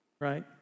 right